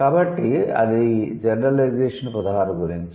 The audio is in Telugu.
కాబట్టి అది జెన్ పదహారు గురించి